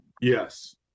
Yes